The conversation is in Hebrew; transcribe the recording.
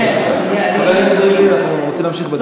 כן, חבר הכנסת ריבלין, אנחנו רוצים להמשיך בדיון.